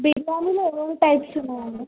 బిర్యానీలో ఏమేమి టైప్స్ ఉన్నాయి అండి